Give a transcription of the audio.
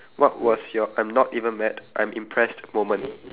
what was your I'm not even mad I'm impressed moment